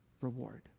reward